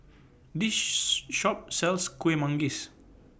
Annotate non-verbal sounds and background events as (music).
This (unintelligible) Shop sells Kuih Manggis